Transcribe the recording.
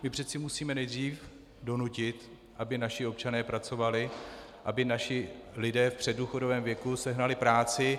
My přece musíme nejdřív dosáhnout, aby naši občané pracovali, aby naši lidé v předdůchodovém věku sehnali práci.